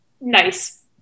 nice